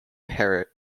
parish